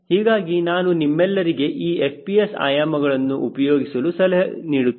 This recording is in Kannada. ಹೀಗಾಗಿ ನಾನು ನಿಮ್ಮೆಲ್ಲರಿಗೆ ಈ FPS ಆಯಾಮಗಳನ್ನು ಉಪಯೋಗಿಸಲು ಸಲಹೆ ನೀಡುತ್ತೇನೆ